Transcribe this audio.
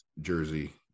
jersey